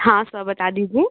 हाँ सर बता दीजिए